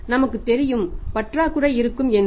மற்றும் நமக்குத் தெரியும் பற்றாக்குறை இருக்கும் என்று